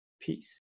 peace